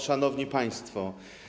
Szanowni Państwo!